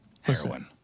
Heroin